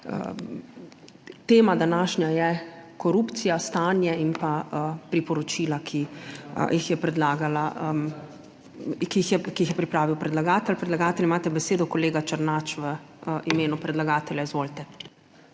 tema današnja je korupcija, stanje in pa priporočila, ki jih je pripravil predlagatelj. Predlagatelj imate besedo, kolega Černač, v imenu predlagatelja. Izvolite.